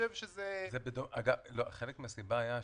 חלק מהסיבה היה שביקשו,